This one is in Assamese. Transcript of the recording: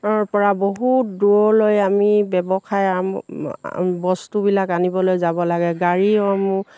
পৰা বহুত দূৰলৈ আমি ব্যৱসায় আ বস্তুবিলাক আনিবলৈ যাব লাগে গাড়ীসমূহ